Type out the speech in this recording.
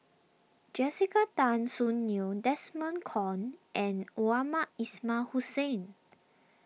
Jessica Tan Soon Neo Desmond Kon and Mohamed Ismail Hussain